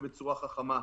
ובצורה חכמה.